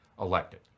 elected